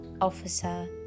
officer